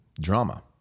drama